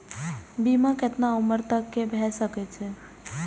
बीमा केतना उम्र तक के भे सके छै?